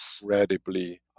incredibly